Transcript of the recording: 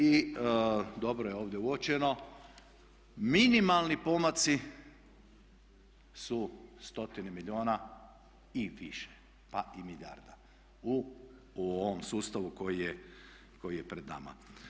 I dobro je ovdje uočeno minimalni pomaci su stotine milijuna i više, pa i milijarda u ovom sustavu koji je pred nama.